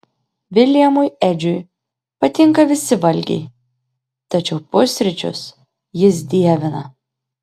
viljamui edžiui patinka visi valgiai tačiau pusryčius jis dievina